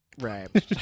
right